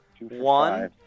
one